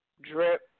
drip